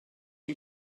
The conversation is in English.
you